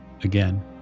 again